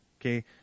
Okay